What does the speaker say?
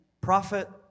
prophet